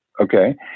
Okay